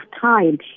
time